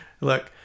look